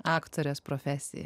aktorės profesiją